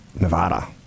nevada